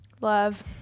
Love